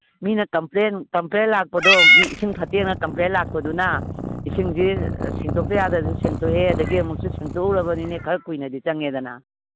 ꯃꯤꯅ complain complain ꯂꯥꯛꯄꯗꯣ ꯃꯤ ꯏꯁꯤꯡ ꯐꯠꯇꯦꯅ ꯀꯝꯄ꯭ꯂꯦꯟ ꯂꯥꯛꯄꯗꯨꯅ ꯏꯁꯤꯡꯁꯦ ꯁꯤꯟꯗꯣꯛꯇ ꯌꯥꯗꯗꯅ ꯁꯦꯡꯇꯣꯛꯑꯦ ꯑꯗꯒꯤ ꯑꯃꯨꯛꯁꯨ ꯁꯦꯡꯗꯣꯛꯎꯔꯕꯅꯤꯅ ꯈꯔ ꯀꯨꯏꯅꯗꯤ ꯆꯪꯉꯦꯗꯅ